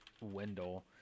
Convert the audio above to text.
Wendell